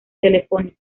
telefónico